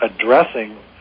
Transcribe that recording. addressing